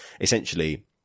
essentially